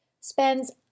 spends